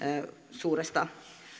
suuresta